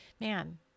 man